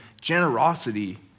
generosity